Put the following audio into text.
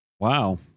Wow